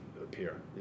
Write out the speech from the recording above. appear